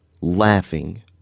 laughing